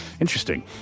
Interesting